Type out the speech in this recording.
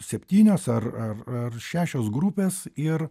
septynios ar ar ar šešios grupės ir